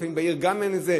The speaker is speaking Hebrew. גם לפעמים הוא איננו בעיר,